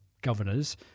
governors